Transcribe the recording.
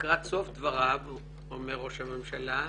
ולקראת סוף דבריו אומר ראש הממשלה: